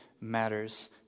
matters